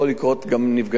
גם נפגעים בנפש.